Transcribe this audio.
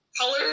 color